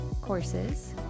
courses